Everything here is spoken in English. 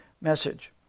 message